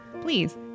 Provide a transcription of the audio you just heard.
Please